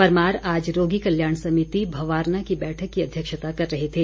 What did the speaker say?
परमार आज रोगी कल्याण समिति भवारना की बैठक की अध्यक्षता कर रहे थे